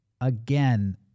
again